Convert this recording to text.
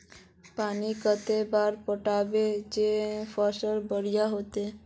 पानी कते बार पटाबे जे फसल बढ़िया होते?